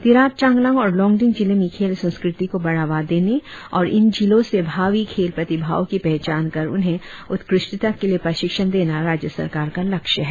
तिराप चांगलांग और लोंगडिंग जिले में खेल संस्कृति को बढ़ावा देने और इन जिलों से भावी खेल प्रतिभाओ की पहचान कर उन्हें उत्कृष्टता के लिए प्रशिक्षण देना राज्य सरकार का लक्ष्य है